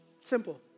Simple